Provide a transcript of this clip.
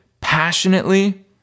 passionately